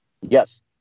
Yes